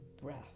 breath